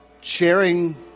sharing